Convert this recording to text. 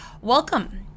Welcome